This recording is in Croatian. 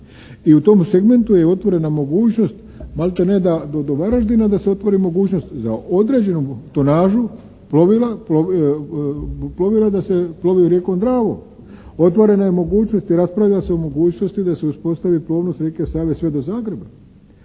i u tom segmentu je otvorena mogućnost maltene do Varaždina da se otvori mogućnost za određenu tonažu plovila da se plovi rijekom Dravom. Otvorena je mogućnost i raspravlja se o mogućnosti da se uspostavi plovnost rijeke Save sve do Zagreba